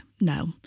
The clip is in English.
No